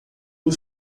por